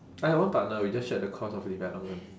I had one partner we just shared the cost of development